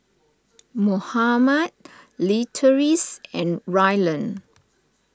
Mohammad Leatrice and Rylan